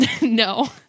No